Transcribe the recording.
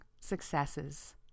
successes